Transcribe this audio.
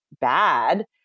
bad